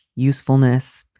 usefulness,